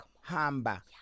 hamba